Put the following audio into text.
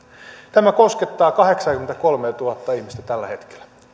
tämä koskettaa kahdeksaakymmentäkolmeatuhatta ihmistä tällä hetkellä